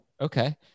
Okay